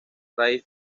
raíz